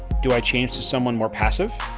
do i change to someone more passive?